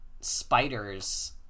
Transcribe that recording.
spiders